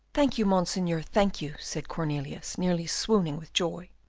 thank you, monseigneur, thank you, said cornelius, nearly swooning with joy,